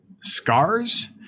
scars